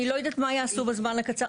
אני לא יודעת מה יעשו בזמן הכל-כך קצר.